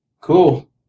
cool